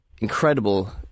Incredible